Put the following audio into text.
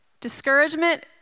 Discouragement